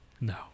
No